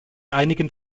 einigen